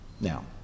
Now